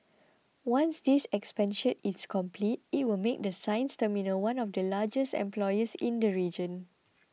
once this expansion is complete it will make the sines terminal one of the largest employers in the region